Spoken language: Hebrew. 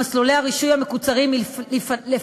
ומסלולי הרישוי המקוצרים היא לפנות